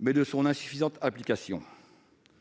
mais de son insuffisante application.